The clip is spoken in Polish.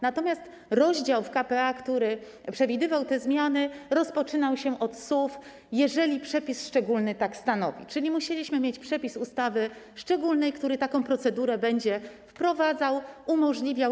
Natomiast rozdział w k.p.a., który przewidywał te zmiany, rozpoczynał się od słów: „jeżeli przepis szczególny tak stanowi”, czyli musieliśmy mieć przepis ustawy szczególny, który taką procedurę będzie wprowadzał, umożliwiał.